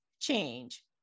change